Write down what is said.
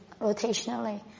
rotationally